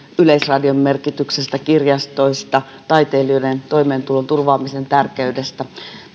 yleisradion merkityksestä kirjastoista taiteilijoiden toimeentulon turvaamisen tärkeydestä